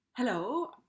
Hello